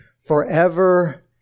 forever